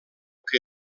que